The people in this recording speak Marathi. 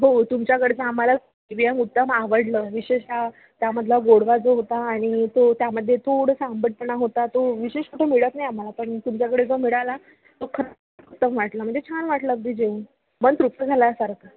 हो तुमच्याकडचं आम्हाला उत्तम आवडलं विशेषत त्यामधला गोडवा जो होता आणि तो त्यामध्ये थोडंसं आंबटपणा होता तो विशेष कुठे मिळत नाही आम्हाला पण तुमच्याकडे जो मिळाला तो खूप उत्तम वाटला म्हणजे छान वाटलं अगदी जेवून मन तृप्त झाल्यासारखं